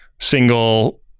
Single